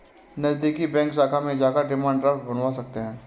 नज़दीकी बैंक शाखा में जाकर डिमांड ड्राफ्ट बनवा सकते है